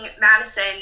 madison